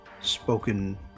spoken